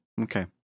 Okay